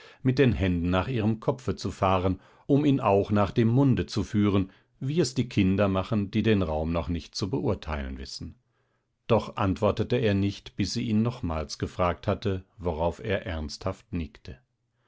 mit den händen nach ihrem kopfe zu fahren um ihn auch nach dem munde zu führen wie es die kinder machen die den raum noch nicht zu beurteilen wissen doch antwortete er nicht bis sie ihn nochmals gefragt hatte worauf er ernsthaft nickte